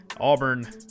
Auburn